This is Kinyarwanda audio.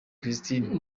christine